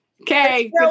Okay